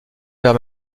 père